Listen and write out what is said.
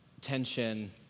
tension